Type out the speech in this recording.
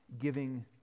Giving